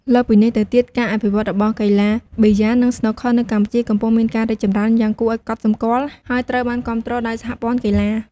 លើសពីនេះទៅទៀតការអភិវឌ្ឍន៍របស់ កីឡាប៊ីយ៉ានិង ស្នូកឃ័រនៅកម្ពុជា កំពុងមានការរីកចម្រើនយ៉ាងគួរឱ្យកត់សម្គាល់ ហើយត្រូវបានគាំទ្រដោយសហព័ន្ធកីឡា។